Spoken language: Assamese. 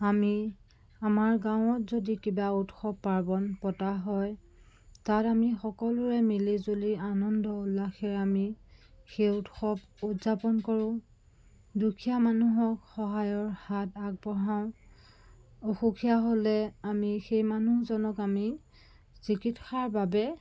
আমি আমাৰ গাঁৱত যদি কিবা উৎসৱ পাৰ্বণ পতা হয় তাত আমি সকলোৱে মিলি জুলি আনন্দ উল্লাসে আমি সেই উৎসৱ উদযাপন কৰোঁ দুখীয়া মানুহক সহায়ৰ হাত আগবঢ়াওঁ অসুখীয়া হ'লে আমি সেই মানুহজনক আমি চিকিৎসাৰ বাবে